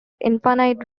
infinite